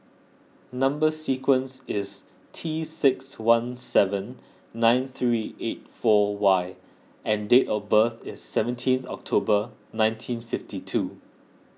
Number Sequence is T six one seven nine three eight four Y and date of birth is seventeen October nineteen fifty two